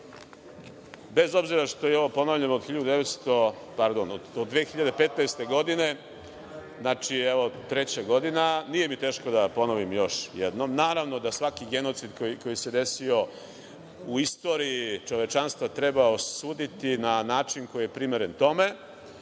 Bez obzira što je ovo ponovljeno od 2015. godine, znači treća godina, nije mi teško da ponovim još jednom. Naravno da svaki genocid koji se desio u istoriji čovečanstva treba osuditi na način koji je primeren tome. Ovde